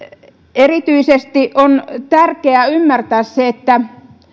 erityisesti on tärkeää ymmärtää se että